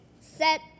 set